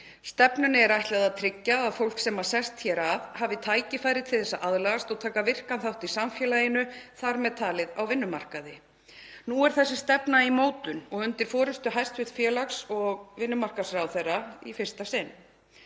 Stefnunni er ætlað að tryggja að fólk sem sest hér að hafi tækifæri til að aðlagast og taka virkan þátt í samfélaginu, þar með talið á vinnumarkaði. Nú er þessi stefna í mótun, og undir forystu hæstv. félags- og vinnumarkaðsráðherra, í fyrsta sinn.